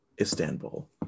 Istanbul